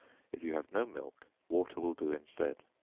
if you have no milk, water will do instead.